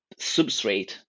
substrate